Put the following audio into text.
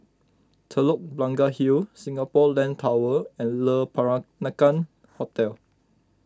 Telok Blangah Hill Singapore Land Tower and Le Peranakan Hotel